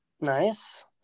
Nice